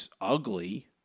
ugly